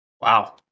Wow